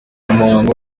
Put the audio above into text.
umuhango